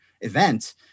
event